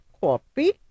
Copy